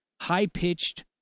high-pitched